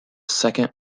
second